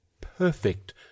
perfect